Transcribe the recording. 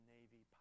Navy